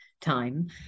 time